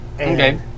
Okay